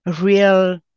real